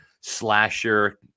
slasher